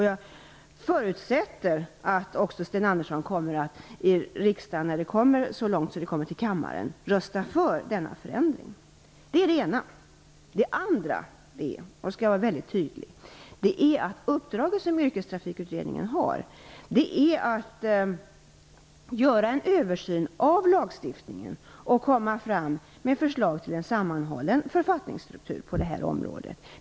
Jag förutsätter att också Sten Andersson röstar för denna förändring när ärendet kommer till kammaren. Det är det ena. Det andra är - jag skall vara väldigt tydlig - att det i Yrkestrafikutredningens uppdrag också ingår att göra en översyn av lagstiftningen och lägga fram förslag till en sammanhållen författningsstruktur på det här området.